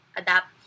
adapt